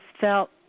felt